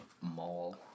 mall